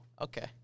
Okay